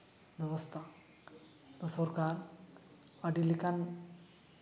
ᱵᱮᱵᱚᱥᱛᱷᱟ ᱫᱚ ᱥᱚᱨᱠᱟᱨ ᱟᱹᱰᱤ ᱞᱮᱠᱟᱱ